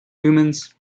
humans